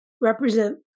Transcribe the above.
represent